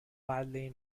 widely